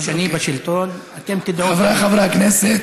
כשאני בשלטון, אתם תדעו, חבריי חברי הכנסת,